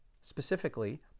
specifically